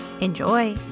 Enjoy